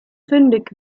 fündig